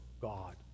God